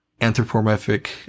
anthropomorphic